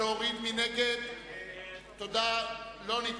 משרד ראש הממשלה, לא נתקבלה.